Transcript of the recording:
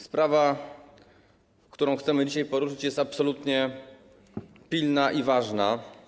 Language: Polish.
Sprawa, którą chcemy dzisiaj poruszyć, jest absolutnie pilna i ważna.